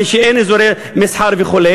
כשאין אזורי מסחר וכו'